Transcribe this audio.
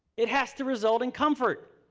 it has to result in comfort.